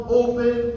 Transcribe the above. open